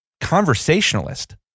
conversationalist